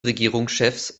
regierungschefs